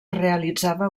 realitzava